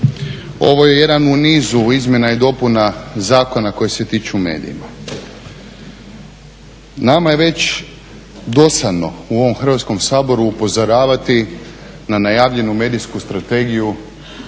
Ovo je jedan u nizu izmjena i dopuna zakona koji se tiču medija. Nama je već dosadno u ovom Hrvatskom saboru upozoravati na najavljenu medijsku strategiju